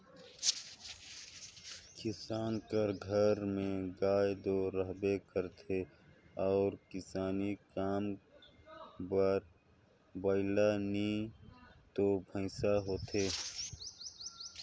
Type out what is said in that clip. किसान कर घर में गाय दो रहबे करथे अउ किसानी काम बर बइला नी तो भंइसा होथे